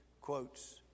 quotes